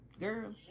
Girl